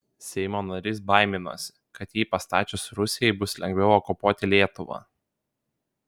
seimo narys baiminosi kad jį pastačius rusijai bus lengviau okupuoti lietuvą